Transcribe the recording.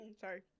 Sorry